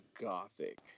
gothic